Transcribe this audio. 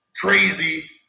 crazy